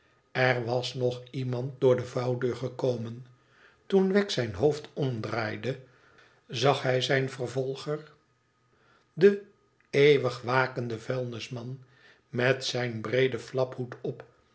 r was nog iemand door de vouwdeur gekomen toen wegg zijn hoofd omdraaide zag hij zijn vervolger den eeuwig wakenden vuilnisman met zijn breeden flaphoed op